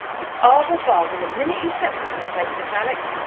it's argle-bargle the minute you set foot in the place, miss alex.